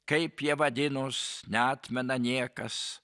kaip jie vadinos neatmena niekas